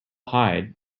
hide